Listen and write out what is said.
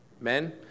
Men